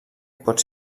pot